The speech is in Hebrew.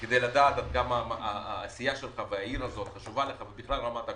גם מועצה אזורית